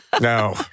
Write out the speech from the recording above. No